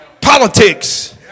Politics